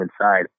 inside